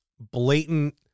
blatant